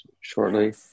shortly